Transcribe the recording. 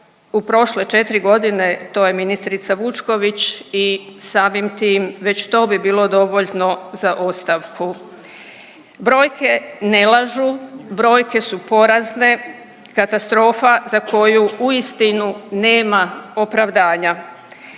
u prošle 4 godine to je ministrica Vučković i samim tim već to bi bilo dovoljno za ostavku. Brojke ne lažu, brojke su porazne, katastrofa za koju uistinu nema opravdanja.